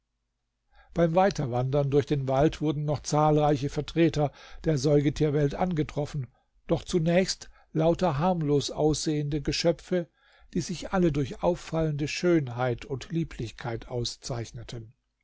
beim weiterwandern durch den wald wurden noch zahlreiche vertreter der säugetierwelt angetroffen doch zunächst lauter harmlos aussehende geschöpfe die sich alle durch auffallende schönheit und lieblichkeit auszeichneten